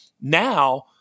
now